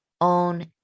own